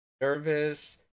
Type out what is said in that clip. nervous